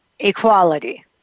equality